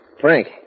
Frank